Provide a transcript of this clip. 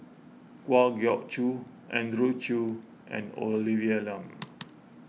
Kwa Geok Choo Andrew Chew and Olivia Lum